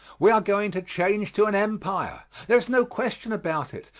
we are going to change to an empire. there is no question about it.